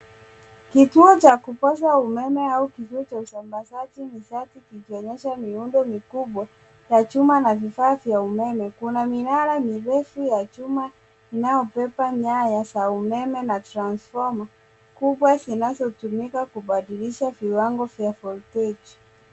Kituo cha kupoza umeme au kituo cha usambazaji nishati kikionyesha miundo mikubwa ya chuma na vifaa vya umeme. Kuna minara mirefu ya chuma inayobeba nyaya za umeme na transfoma kubwa zinazotumika kubadilisha viwango vya volteji.